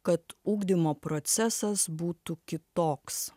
kad ugdymo procesas būtų kitoks